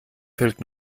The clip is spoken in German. fällt